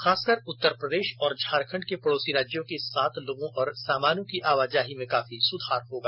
खासकर उत्तर प्रदेश और झारखंड के पड़ोसी राज्यों के साथ लोगों और सामानों की आवाजाही में काफी सुधार होगा